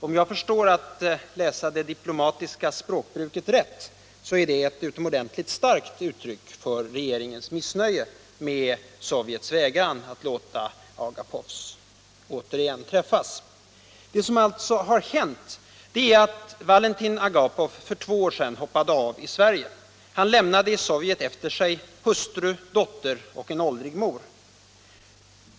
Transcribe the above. Om jag förstår det diplomatiska språkbruket rätt är detta ett utomordentligt starkt uttryck för regeringens missnöje med Sovjets vägran att låta familjen Agapov återigen träffas. Det som alltså hänt är att Valentin Agapov för två år sedan hoppade av i Sverige. Han lämnade i Sovjet efter sig hustru, dotter och en åldrig mor.